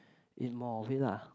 eat more of it lah